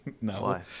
No